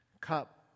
cup